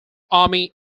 army